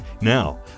Now